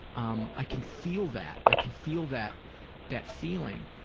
um i can feel that. i can feel that that feeling.